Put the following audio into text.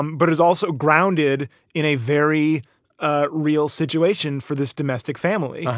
um but it is also grounded in a very ah real situation for this domestic family.